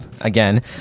again